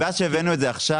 הסיבה שהבאנו את זה עכשיו,